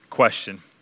Question